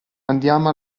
andiamo